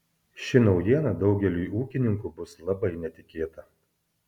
ši naujiena daugeliui ūkininkų bus labai netikėta